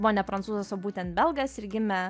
buvo ne prancūzas o būtent belgas ir gimė